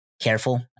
careful